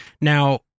Now